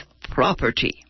property